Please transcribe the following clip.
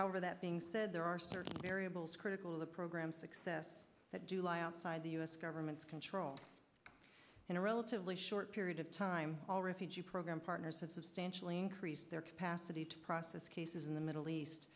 however that being said there are certain variables critical of the program's success that do lie outside the us government's control in a relatively short period of time all refugee program partners have substantially increased their capacity to process cases in the middle east